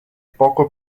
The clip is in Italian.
poco